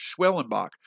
Schwellenbach